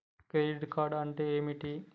Credit card అంటే ఏమిటి?